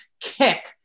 kick